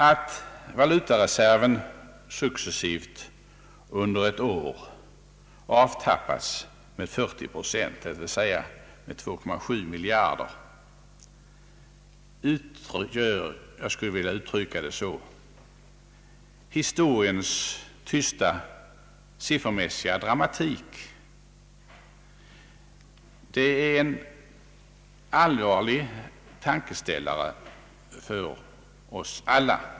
Att valutareserven under ett år successivt avtappats med 40 procent, dvs. 2,7 miljarder kronor, utgör — jag skulle vilja uttrycka det så — historiens tysta siffermässiga dramatik. Det är en allvarlig tankeställare för oss alla.